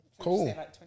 Cool